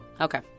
Okay